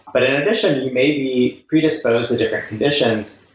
but in addition, you may be predisposed to different conditions.